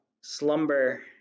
slumber